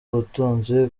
ubutunzi